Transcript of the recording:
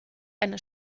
eine